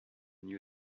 new